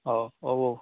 अ औ औ